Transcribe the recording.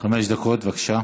חמש דקות, בבקשה.